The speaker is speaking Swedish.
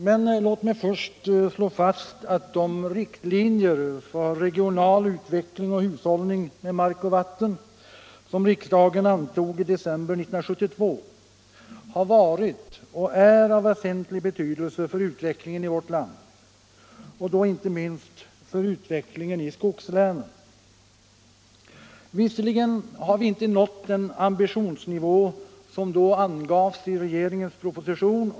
Men låt mig först slå fast att de riktlinjer för regional utveckling och hushållning med mark och vatten som riksdagen antog i december 1972 har varit och är av väsentlig betydelse för utvecklingen i vårt land och då inte minst för utvecklingen i skogslänen, även om vi inte nått den ambitionsnivå som då angavs i regeringens proposition.